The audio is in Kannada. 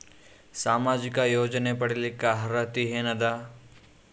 ಸಾಮಾಜಿಕ ಯೋಜನೆ ಪಡಿಲಿಕ್ಕ ಅರ್ಹತಿ ಎನದ?